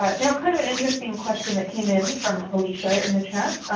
ah now kind of an interesting question that came in from alicia in the chat,